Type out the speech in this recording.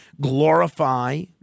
glorify